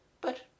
But